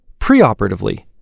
preoperatively